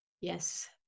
Yes